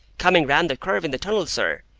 coming round the curve in the tunnel, sir,